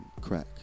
crack